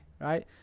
right